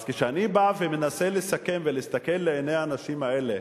אז כשאני בא ומנסה לסכם ולהסתכל לעיני האנשים האלה,